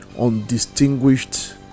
undistinguished